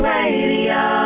Radio